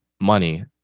money